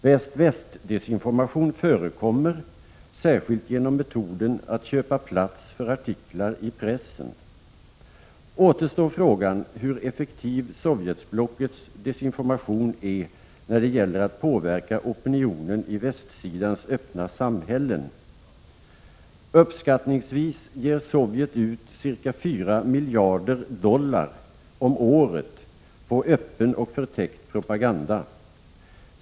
Väst-väst-desinformation förekommer, särskilt genom metoden att köpa plats för artiklar i pressen. Återstår frågan hur effektiv Sovjetblockets desinformation är när det gäller att påverka opinionen i västsidans öppna samhällen. Uppskattningsvis ger Sovjet ut ca 4 miljarder dollar om året på öppen och förtäckt propaganda.